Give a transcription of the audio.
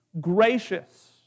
Gracious